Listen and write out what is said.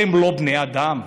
אתם לא בני אדם?